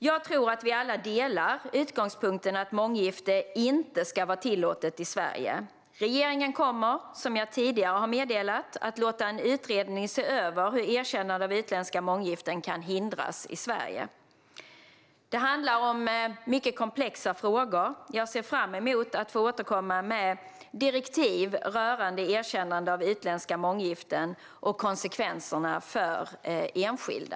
Jag tror att vi alla delar utgångspunkten att månggifte inte ska vara tillåtet i Sverige. Regeringen kommer, som jag tidigare meddelat, att låta en utredning se över hur erkännande av utländska månggiften kan hindras i Sverige. Det handlar om mycket komplexa frågor. Jag ser fram emot att återkomma med direktiv rörande erkännande av utländska månggiften och konsekvenserna för enskilda.